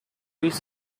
piece